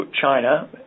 China